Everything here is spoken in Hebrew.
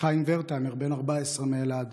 חיים ורטהיימר, בן 14 מאלעד,